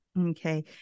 Okay